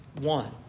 one